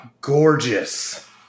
gorgeous